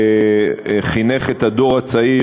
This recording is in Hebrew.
שחינך את הדור הצעיר,